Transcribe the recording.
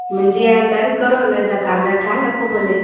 मुंहिंजी हाणे डन कयो हुनजा काग़र ठाहे रखो भले